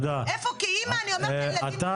איפה כאמא אני אומרת לילדים שלי- -- תודה.